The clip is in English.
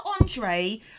andre